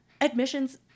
admissions